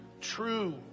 true